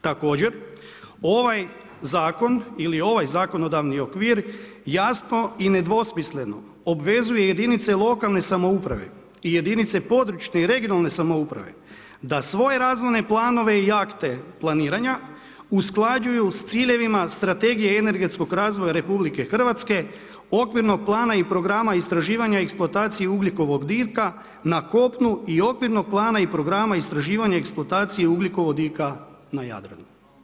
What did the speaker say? Također ovaj zakon ili ovaj zakonodavni okvir jasno i nedvosmisleno obvezuje jedinice lokalne samouprave i jedinice područne i regionalne samouprave da svoje razvojne planove i akte planiranja usklađuju s ciljevima Strategije energetskog razvoja RH, Okvirnog plana i programa istraživanja eksploatacije ugljikovodika na kopnu i Okvirnog plana i programa istraživanje eksploatacije ugljikovodika na Jadranu.